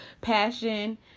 passion